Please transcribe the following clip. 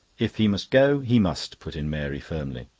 if he must go, he must, put in mary firmly.